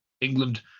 England